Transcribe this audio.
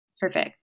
Perfect